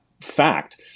fact